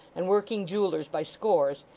and working jewellers by scores,